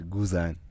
Guzan